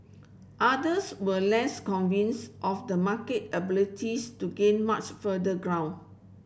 others were less convince of the market abilities to gain much further ground